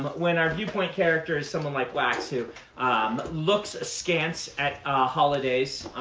but when our viewpoint character is someone like wax who looks askance at holidays,